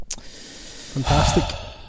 Fantastic